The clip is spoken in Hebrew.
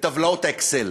בטבלאות ה"אקסל"